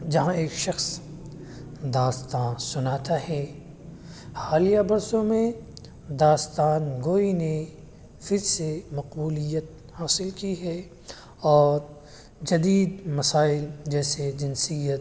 جہاں ایک شخص داستاں سناتا ہے حالیہ برسوں میں داستان گوئی نے پھر سے مقبولیت حاصل کی ہے اور جدید مسائل جیسے جنسیت